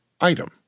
item